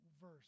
verse